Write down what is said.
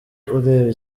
ureba